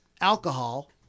alcohol